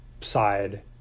side